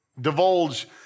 divulge